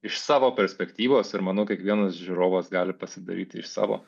iš savo perspektyvos ir manau kiekvienas žiūrovas gali pasidaryti iš savo